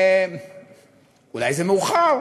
ואולי זה מאוחר,